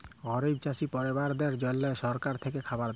গরিব চাষী পরিবারদ্যাদের জল্যে সরকার থেক্যে খাবার দ্যায়